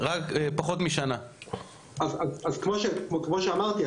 אז כמו שאמרתי,